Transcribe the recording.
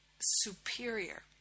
superior